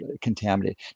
contaminated